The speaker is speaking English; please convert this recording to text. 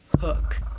hook